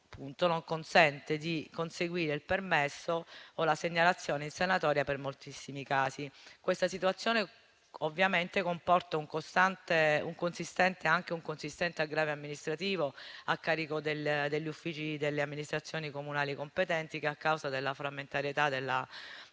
non consente di conseguire il permesso o la segnalazione in sanatoria per moltissimi casi; tale situazione comporta inoltre un consistente aggravio amministrativo a carico degli uffici delle amministrazioni comunali competenti che, a causa della frammentarietà della